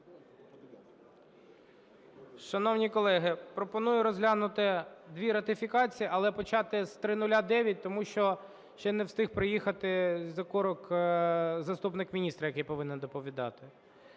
Шановні колеги, пропоную розглянути дві ратифікації, але почати з 0009, тому що ще не встиг приїхати заступник міністра, який повинен доповідати.